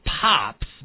pops